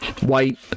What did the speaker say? white